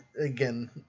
again